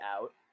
out